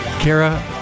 Kara